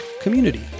community